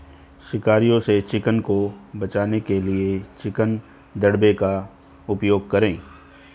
शिकारियों से चिकन को बचाने के लिए चिकन दड़बे का उपयोग करें